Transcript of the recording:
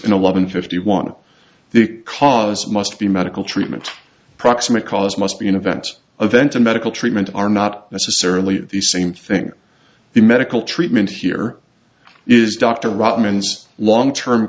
in eleven fifty one the cause must be medical treatment proximate cause must be an event a vent and medical treatment are not necessarily the same thing the medical treatment here is dr rotman's long term